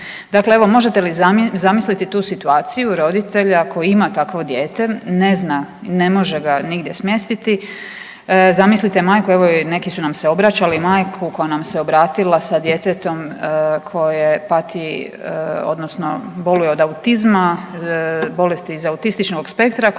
Dakle, evo možete li zamisliti tu situaciju roditelja koji ima takvo dijete ne zna i ne može ga nigdje smjestiti. Zamislite majku, evo i neki su nam se obraćali, majku koja nam se obratila sa djetetom koje pati odnosno boluje od autizma, bolesti iz autističnog spektra koji je u